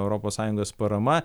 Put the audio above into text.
europos sąjungos parama